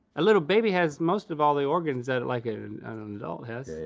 a little baby has most of all the organs that like an adult has.